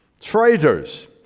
traitors